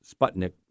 Sputnik